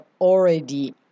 already